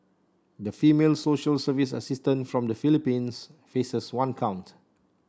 the female social service assistant from the Philippines faces one count